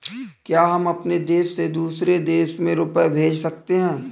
क्या हम अपने देश से दूसरे देश में रुपये भेज सकते हैं?